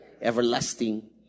Everlasting